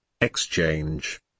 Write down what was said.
exchange